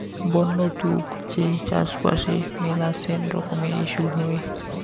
বন্য তুক যে চাষবাসে মেলাছেন রকমের ইস্যু হই